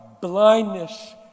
blindness